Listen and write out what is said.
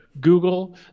Google